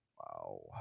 wow